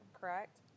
correct